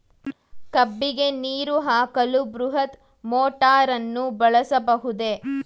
ಕಬ್ಬಿಗೆ ನೀರು ಹಾಕಲು ಬೃಹತ್ ಮೋಟಾರನ್ನು ಬಳಸಬಹುದೇ?